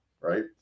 right